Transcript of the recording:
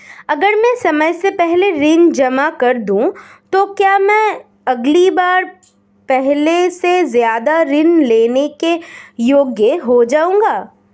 अगर मैं समय से पहले ऋण जमा कर दूं तो क्या मैं अगली बार पहले से ज़्यादा ऋण लेने के योग्य हो जाऊँगा?